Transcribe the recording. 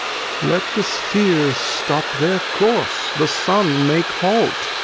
let the spheres stop their course, the sun make hault,